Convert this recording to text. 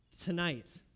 tonight